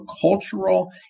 cultural